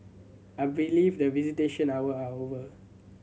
I believe that visitation hour are over